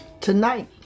tonight